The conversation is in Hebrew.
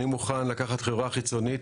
אני מוכן לקחת חברה חיצונית,